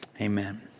Amen